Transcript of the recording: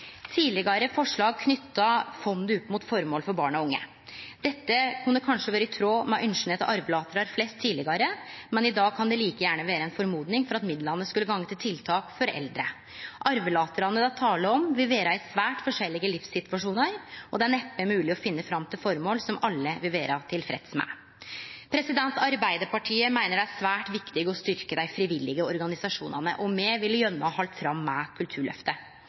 forslag har knyttet fondet opp mot formål for barn og unge. Dette kunne kanskje være i tråd med ønskene til arvelatere flest tidligere, men i dag kan det like gjerne være en formodning for at midlene skulle gå til tiltak for eldre. Arvelaterne det er tale om, vil være i svært forskjellige livssituasjoner. Det er neppe mulig å finne frem til formål som alle ville være tilfreds med.» Arbeidarpartiet meiner det er svært viktig å styrkje dei frivillige organisasjonane, og me ville gjerne halde fram med Kulturløftet.